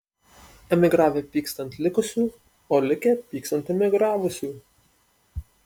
emigravę pyksta ant likusių o likę pyksta ant emigravusių